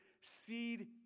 seed